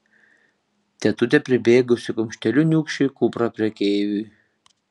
tetutė pribėgusi kumšteliu niūksi į kuprą prekeiviui